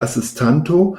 asistanto